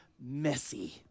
messy